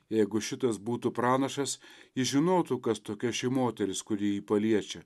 jeigu šitas būtų pranašas jis žinotų kas tokia ši moteris kuri jį paliečia